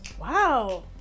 Wow